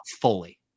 fully